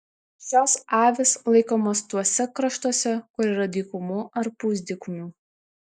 šios avys laikomos tuose kraštuose kur yra dykumų ar pusdykumių